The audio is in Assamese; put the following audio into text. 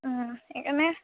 এইকাৰণে